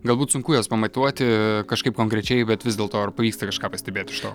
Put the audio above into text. galbūt sunku juos pamatuoti a kažkaip konkrečiai bet vis dėlto ar pavyksta kažką pastebėt iš to